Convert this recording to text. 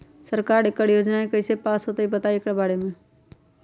सरकार एकड़ योजना कईसे पास होई बताई एकर बारे मे?